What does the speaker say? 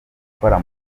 gukora